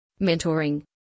mentoring